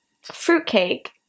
Fruitcake